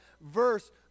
verse